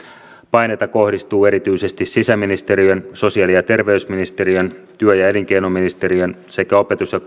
paineita kohdistuu erityisesti sisäministeriön sosiaali ja terveysministeriön työ ja elinkeinoministeriön sekä opetus ja